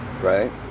right